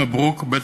מברוכ, ב.